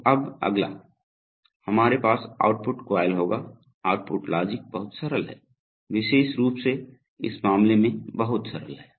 तो अब अगला हमारे पास आउटपुट कॉइल होगा आउटपुट लॉजिक बहुत सरल है विशेष रूप से इस मामले में बहुत सरल है